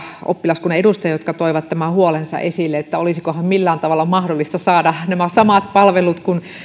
oppilaskuntien edustajia jotka toivat tämän huolensa esille että olisikohan millään tavalla mahdollista saada nämä samat palvelut kuin